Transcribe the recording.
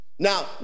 Now